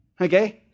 okay